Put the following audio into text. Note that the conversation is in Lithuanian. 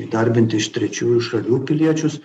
įdarbinti iš trečiųjų šalių piliečius